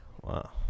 Wow